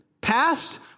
past